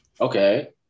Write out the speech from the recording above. Okay